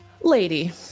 Lady